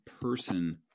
person